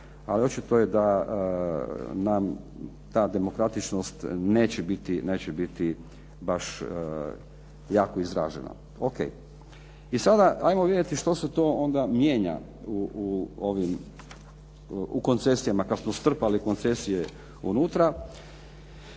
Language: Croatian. ali očito je da nam ta demokratičnost neće biti baš jako izražena. I sada, ajmo vidjeti što se to onda mijenja u koncesijama kad smo strpali koncesije unutra.